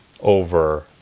over